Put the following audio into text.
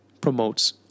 promotes